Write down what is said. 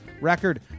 record